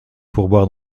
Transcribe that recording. pourboire